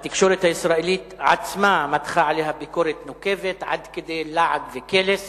התקשורת הישראלית עצמה מתחה עליה ביקורת נוקבת עד כדי לעג וקלס